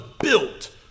built